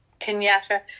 Kenyatta